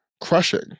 crushing